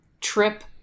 trip